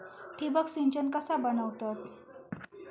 ठिबक सिंचन कसा बनवतत?